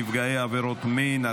נפגעי עבירות מין),